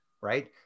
right